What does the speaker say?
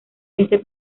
este